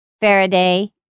Faraday